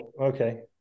okay